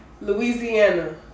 Louisiana